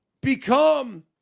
become